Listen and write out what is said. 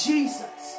Jesus